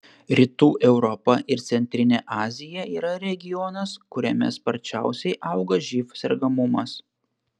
rytų europa ir centrinė azija yra regionas kuriame sparčiausiai auga živ sergamumas